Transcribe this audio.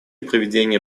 проведения